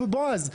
בועז,